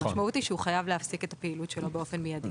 המשמעות היא שהוא חייב להפסיק את הפעילות שלו באופן מידי.